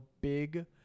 big